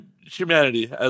humanity